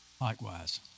likewise